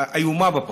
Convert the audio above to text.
איומה בפרטיות.